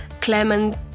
Clement